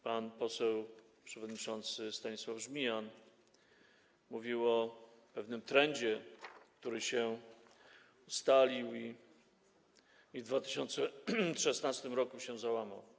Pan poseł przewodniczący Stanisław Żmijan mówił o pewnym trendzie, który się ustalił, a w 2016 r. się załamał.